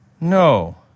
No